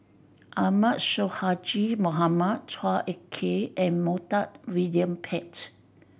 Ahmad Sonhadji Mohamad Chua Ek Kay and Montague William Pett